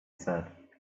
said